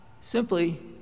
simply